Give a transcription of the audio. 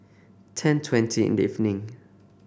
ten twenty in the evening